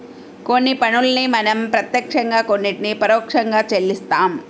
కొన్ని పన్నుల్ని మనం ప్రత్యక్షంగా కొన్నిటిని పరోక్షంగా చెల్లిస్తాం